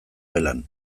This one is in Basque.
gelan